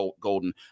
golden